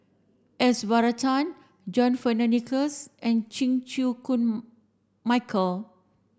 S Varathan John Fearns Nicoll and Chan Chew Koon Michael